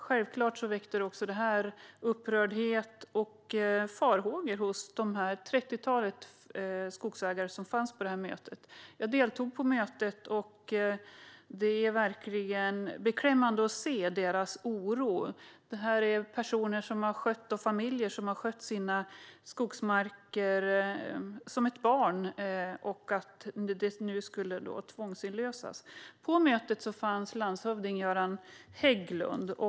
Självklart väckte detta också upprördhet och farhågor hos det 30-tal skogsägare som fanns på mötet. Jag deltog vid mötet. Det är beklämmande att se deras oro. Det handlar om personer och familjer som har skött sina skogsmarker som ett barn, och nu ska de tvångsinlösas. På mötet fanns landshövding Jöran Hägglund.